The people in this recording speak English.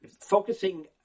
focusing